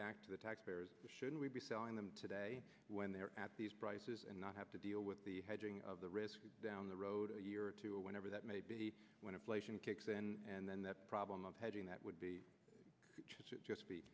back to the taxpayers shouldn't we be selling them today when they're at these prices and not have to deal with the hedging of the risk down the road a year or two whenever that may be when inflation kicks in and then the problem of hedging that would be